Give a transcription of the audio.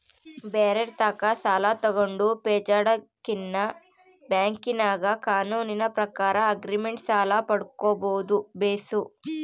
ಬ್ಯಾರೆರ್ ತಾಕ ಸಾಲ ತಗಂಡು ಪೇಚಾಡದಕಿನ್ನ ಬ್ಯಾಂಕಿನಾಗ ಕಾನೂನಿನ ಪ್ರಕಾರ ಆಗ್ರಿಮೆಂಟ್ ಸಾಲ ಪಡ್ಕಂಬದು ಬೇಸು